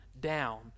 down